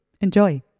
Enjoy